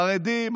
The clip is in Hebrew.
חרדים,